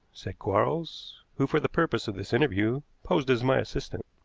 said quarles, who, for the purpose of this interview, posed as my assistant.